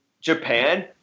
Japan –